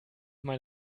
mein